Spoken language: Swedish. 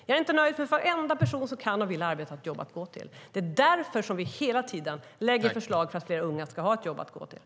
Jag är inte nöjd förrän varenda person som kan och vill arbeta har ett jobb att gå till. Det är därför vi hela tiden lägger fram förslag som ska ge fler unga ett jobb att gå till.